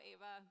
Ava